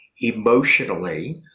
emotionally